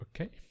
okay